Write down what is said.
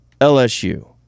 LSU